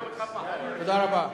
תודה רבה.